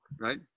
right